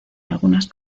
algunas